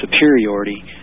superiority